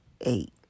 eight